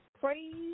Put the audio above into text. praise